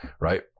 right